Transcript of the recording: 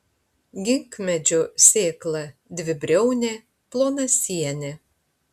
ginkmedžio sėkla dvibriaunė plonasienė